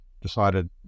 decided